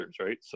right